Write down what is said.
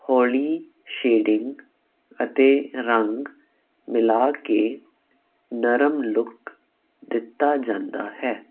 ਹੌਲੀ ਸ਼ੇਡਿੰਗ ਅਤੇ ਰੰਗ ਮਿਲਾ ਕੇ ਨਰਮ ਲੁਕ ਦਿੱਤਾ ਜਾਂਦਾ ਹੈ